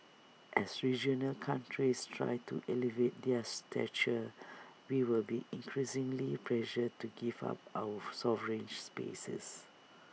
as regional countries try to elevate their stature we will be increasingly pressured to give up our sovereigns spaces